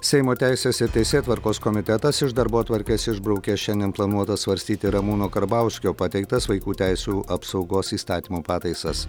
seimo teisės ir teisėtvarkos komitetas iš darbotvarkės išbraukė šiandien planuotas svarstyti ramūno karbauskio pateiktas vaikų teisių apsaugos įstatymo pataisas